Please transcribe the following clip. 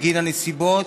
בגין הנסיבות,